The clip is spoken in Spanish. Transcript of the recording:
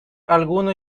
alguno